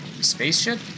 spaceship